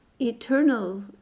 eternal